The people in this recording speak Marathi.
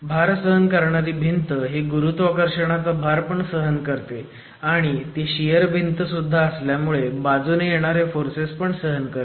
भार सहन करणारी भिंत ही गुरुत्वाकर्षणाचा भार पण सहन करते आणि ती शियर भिंत सुद्धा असल्यामुळे बाजूने येणारे फोर्सेस पण सहन करते